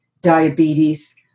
diabetes